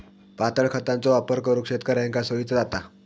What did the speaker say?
पातळ खतांचो वापर करुक शेतकऱ्यांका सोयीचा जाता